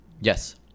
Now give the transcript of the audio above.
Yes